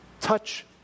Touch